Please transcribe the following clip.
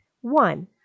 One